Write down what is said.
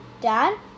Dad